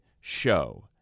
show